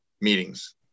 meetings